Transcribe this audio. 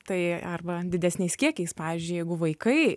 tai arba didesniais kiekiais pavyzdžiui jeigu vaikai